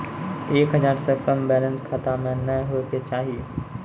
एक हजार से कम बैलेंस खाता मे नैय होय के चाही